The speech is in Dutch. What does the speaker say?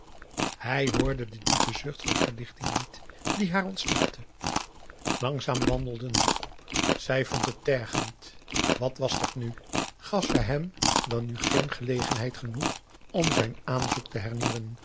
hij hoorde den diepen zucht van verlichting niet die haar p a daum de van der lindens c s onder ps maurits ontsnapte langzaam wandelden ze op zij vond het tergend wat was dat nu gaf zij hem dan nu geen gelegenheid genoeg om zijn aanzoek te hernieuwen